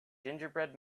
gingerbread